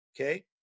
Okay